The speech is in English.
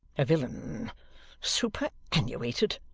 a villain superannuated?